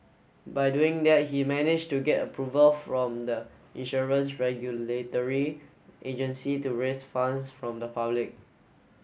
by doing that he managed to get approval from the insurance regulatory agency to raise funds from the public